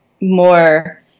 more